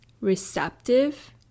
receptive